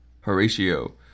Horatio